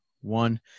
one